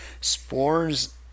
spores